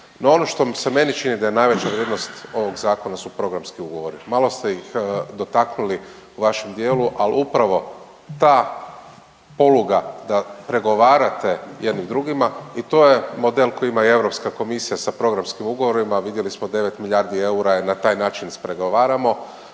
ono što se meni čini da je najveća vrijednost ovog Zakona su programski ugovori. Malo ste ih dotaknuli u vašem dijelu, ali upravo ta poluga da pregovarate jedni drugima i to je model koji ima i EU komisija sa programskim ugovorima, vidjeli smo, 9 milijardi eura je na taj način ispregovaramo